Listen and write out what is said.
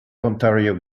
ontario